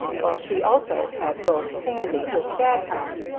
while she also had both sandy, her stag-hound,